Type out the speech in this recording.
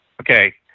okay